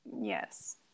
Yes